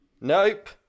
nope